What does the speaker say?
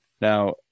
now